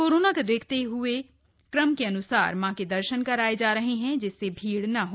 corona को देखते हए क्रम के अन्सार मां के दर्शन कराये जा रहे हैं जिससे भीड़ न हो